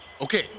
Okay